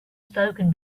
spoken